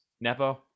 nepo